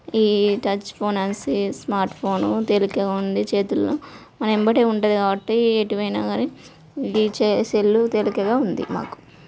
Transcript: ఈ touch phone smart phone తేలికగా ఉంది చేతుల్లో మన వెంబడి ఉంటుంది కాబట్టి ఎటు వెళ్ళినా కానీ ఈ చే సెల్లు తేలికగా ఉంది మాకు